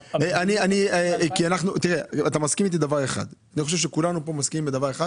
אני חושב שכולנו כאן מסכימים על דבר אחד